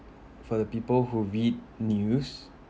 for the people who read news